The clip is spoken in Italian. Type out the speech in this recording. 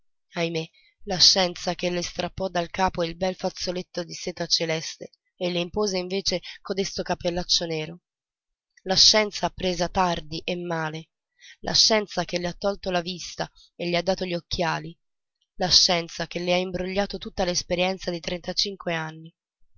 ahimè la scienza che le strappò dal capo il bel fazzoletto di seta celeste e le impose invece codesto cappellaccio nero la scienza appresa tardi e male la scienza che le ha tolto la vista e le ha dato gli occhiali la scienza che le ha imbrogliato tutta l'esperienza di trentacinque anni